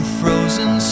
frozen